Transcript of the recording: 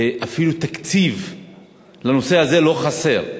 אפילו תקציב לנושא הזה לא חסר,